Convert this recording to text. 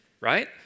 right